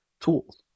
tools